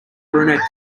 brunette